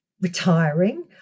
Retiring